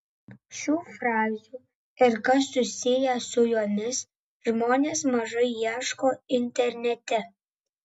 šių frazių ir kas susiję su jomis žmonės mažai ieško internete